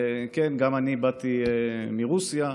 כן, גם אני באתי מרוסיה,